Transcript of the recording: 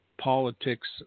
politics